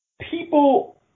people